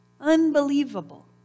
unbelievable